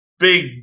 big